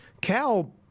Cal